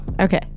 Okay